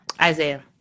Isaiah